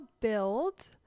build